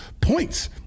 points